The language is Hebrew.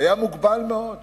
היה מוגבל מאוד,